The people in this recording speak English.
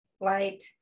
light